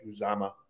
Uzama